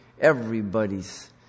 everybody's